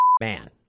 man